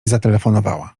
zatelefonowała